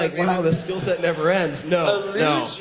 like wow, this skill set never ends. no. no.